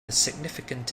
significant